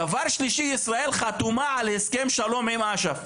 דבר שלישי, ישראל חתומה על הסכם שלום עם אש"ף.